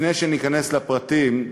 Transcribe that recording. לפני שניכנס לפרטים,